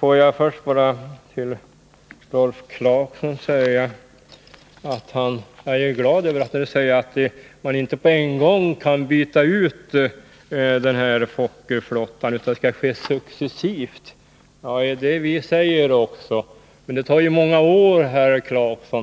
Först vill jag bara säga till Rolf Clarkson att jag är glad när han säger att man inte på en gång kan byta ut Fokkerflottan, utan att det skall ske successivt. Det är ju det vi hävdar också. Men det tar många år, herr Clarkson.